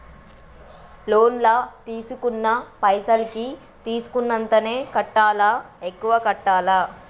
Loan లా తీస్కున్న పైసల్ కి తీస్కున్నంతనే కట్టాలా? ఎక్కువ కట్టాలా?